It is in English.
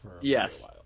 Yes